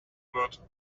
word